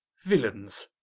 villaines,